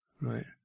right